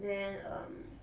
then um